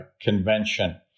Convention